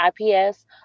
IPS